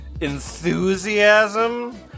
enthusiasm